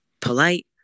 polite